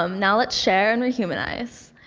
um now let's share and rehumanize.